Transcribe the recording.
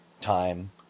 time